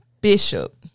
Bishop